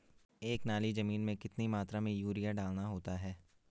एक नाली जमीन में कितनी मात्रा में यूरिया डालना होता है?